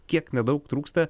kiek nedaug trūksta